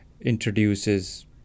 introduces